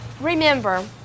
Remember